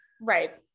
right